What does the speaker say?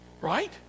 right